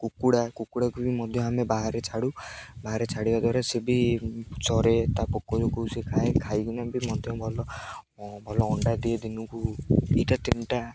କୁକୁଡ଼ା କୁକୁଡ଼ାକୁ ବି ମଧ୍ୟ ଆମେ ବାହାରେ ଛାଡ଼ୁ ବାହାରେ ଛାଡ଼ିବା ଦ୍ୱାରା ସେ ବି ଚରେ ତା' ପୋକଜୋକଙ୍କୁ ସେ ଖାଏ ଖାଇକିନା ବି ମଧ୍ୟ ଭଲ ଭଲ ଅଣ୍ଡା ଦିଏ ଦିନକୁ ଦୁଇଟା ତିନିଟା